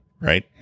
right